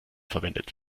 verwendet